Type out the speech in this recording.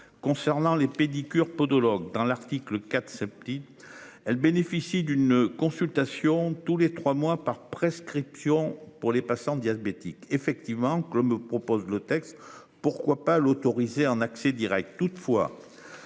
concernant les pédicures podologues dans l'article 4. Elle bénéficie d'une consultation tous les trois mois par prescription pour les patients diabétiques effectivement que l'homme propose le texte, pourquoi pas l'autoriser un accès direct